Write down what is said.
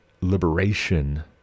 liberation